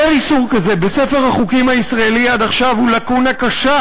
היעדר איסור כזה בספר החוקים הישראלי עד עכשיו הוא לקונה קשה